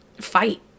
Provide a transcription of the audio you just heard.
fight